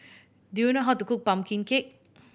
do you know how to cook pumpkin cake